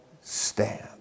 stand